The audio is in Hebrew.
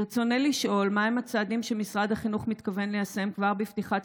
ברצוני לשאול: מהם הצעדים שמשרד החינוך מתכוון ליישם כבר בפתיחת